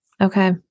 Okay